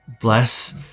Bless